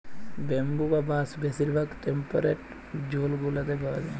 bamboo বা বাঁশ বেশির ভাগ টেম্পরেট জোল গুলাতে পাউয়া যায়